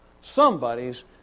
Somebody's